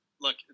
look